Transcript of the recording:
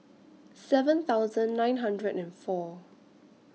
seven thousand nine hundred and four